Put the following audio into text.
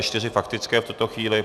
Čtyři faktické v tuto chvíli.